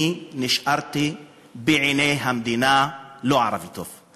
אני נשארתי בעיני המדינה ערבי לא טוב.